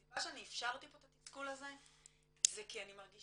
והסיבה שאני אפשרתי פה את התסכול הזה זה כי אני מרגישה